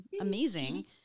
amazing